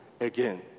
again